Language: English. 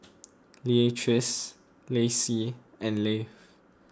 Leatrice Laci and Leif